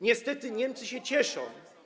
Niestety Niemcy się cieszą.